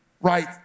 right